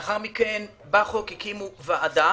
לאחר מכן בחוק הקימו ועדה